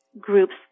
groups